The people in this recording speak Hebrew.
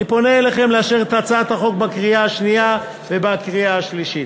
אני פונה אליכם לאשר את הצעת החוק בקריאה השנייה ובקריאה השלישית.